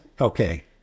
okay